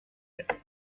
respect